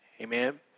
Amen